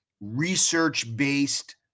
research-based